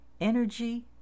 Energy